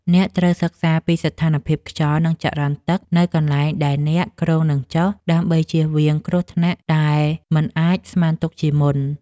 អ្នកត្រូវសិក្សាពីស្ថានភាពខ្យល់ និងចរន្តទឹកនៅកន្លែងដែលអ្នកគ្រោងនឹងចុះ ដើម្បីជៀសវាងគ្រោះថ្នាក់ដែលមិនអាចស្មានទុកជាមុន។